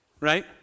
right